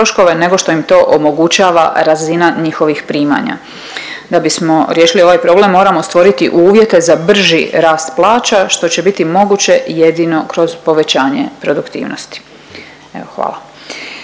nego što im to omogućava razina njihovih primanja. Da bismo riješili ovaj problem, moramo stvoriti uvjete za brži rast plaća što će biti moguće jedino kroz povećanje produktivnosti. Evo